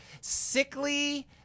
sickly